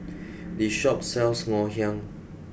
this shop sells Ngoh Hiang